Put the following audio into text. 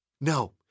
No